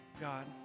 God